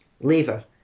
Lever